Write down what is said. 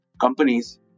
companies